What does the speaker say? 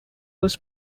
was